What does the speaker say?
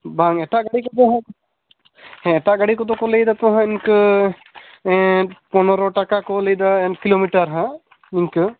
ᱵᱟᱝ ᱮᱴᱟᱜ ᱜᱟᱹᱰᱤ ᱠᱚᱫᱚ ᱦᱟᱜ ᱮᱴᱟᱜ ᱜᱟᱹᱰᱤ ᱠᱚᱫᱚ ᱠᱚ ᱞᱟᱹᱭ ᱫᱟ ᱛᱚ ᱦᱟᱜ ᱤᱱᱠᱟᱹ ᱯᱚᱱᱮᱨᱳ ᱴᱟᱠᱟ ᱠᱚ ᱞᱟᱹᱭ ᱮᱫᱟ ᱮᱠ ᱠᱤᱞᱳᱢᱤᱴᱟᱨ ᱦᱟᱜ ᱤᱱᱠᱟᱹ